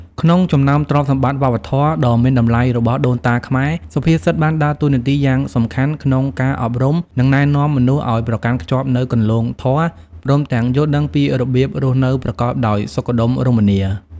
ក្នុងចំណោមទ្រព្យសម្បត្តិវប្បធម៌ដ៏មានតម្លៃរបស់ដូនតាខ្មែរ សុភាសិតបានដើរតួនាទីយ៉ាងសំខាន់ក្នុងការអប់រំ និងណែនាំមនុស្សឲ្យប្រកាន់ខ្ជាប់នូវគន្លងធម៌ ព្រមទាំងយល់ដឹងពីរបៀបរស់នៅប្រកបដោយសុខដុមរមនា។